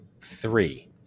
three